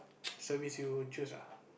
service you would choose ah